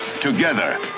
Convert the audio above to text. together